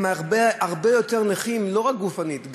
הם הרבה יותר נכים לא רק גופנית,